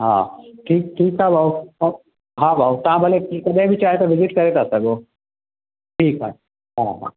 हा ठीकु ठीकु आहे भाउ ऐं हा भाउ तव्हां भले हीअं कॾहिं बि चाहे त विज़िट करे था सघो ठीकु आहे हा हा